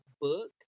book